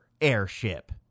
airship